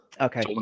Okay